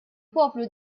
poplu